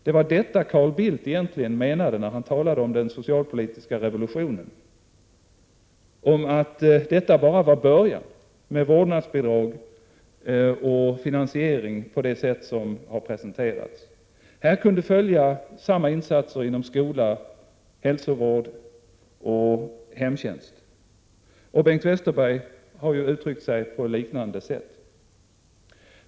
Det var detta Carl Bildt egentligen menade när han talade om den socialpolitiska revolutionen, om att det bara var början med vårdnadsbidrag och finansiering på det sätt som har presenterats. Här kunde följa samma insatser inom skola, hälsovård och hemtjänst. Bengt Westerberg har uttryckt sig på liknande sätt.